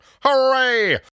Hooray